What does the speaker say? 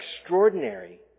extraordinary